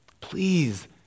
Please